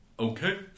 Okay